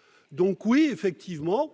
pas la même chose !